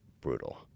brutal